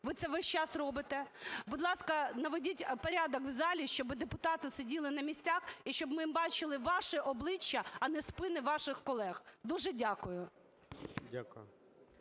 ви це весь час робите. Будь ласка, наведіть порядок в залі, щоб депутати сиділи на місцях і щоб ми бачили ваші обличчя, а не спини ваших колег. Дуже дякую.